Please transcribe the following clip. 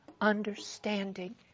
understanding